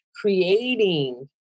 creating